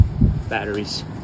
batteries